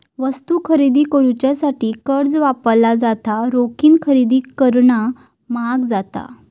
वस्तू खरेदी करुच्यासाठी कर्ज वापरला जाता, रोखीन खरेदी करणा म्हाग जाता